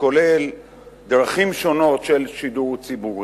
שכולל דרכים שונות של שידור ציבורי: